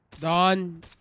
don